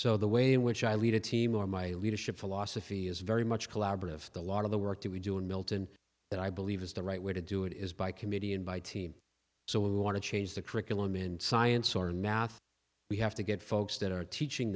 so the way in which i lead a team or my leadership philosophy is very much collaborative a lot of the work that we do in milton that i believe is the right way to do it is by committee and by team so when we want to change the curriculum in science or math we have to get folks that are teaching